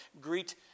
Greet